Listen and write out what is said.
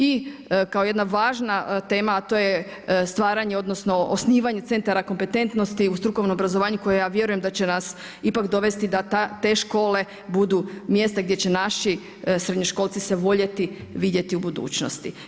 I kao jedna važna tema, a to je stvaranje odnosno osnivanje centara kompetentnosti u strukovnom obrazovanju koje ja vjerujem da će nas ipak dovesti da te škole budu mjesta gdje će naši srednjoškolci se voljeti vidjeti u budućnosti.